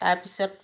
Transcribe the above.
তাৰপিছত